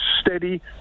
steady